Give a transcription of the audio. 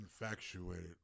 infatuated